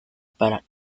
para